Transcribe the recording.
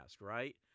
right